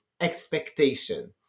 expectation